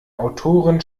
autorin